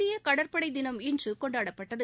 இந்திய கடற்படை தினம் இன்று கொண்டாடப்பட்டது